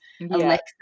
Alexa